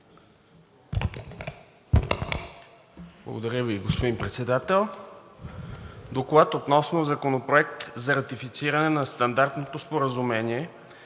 Благодаря Ви, господин Председател. „ДОКЛАД относно Законопроект за ратифициране на Стандартното споразумение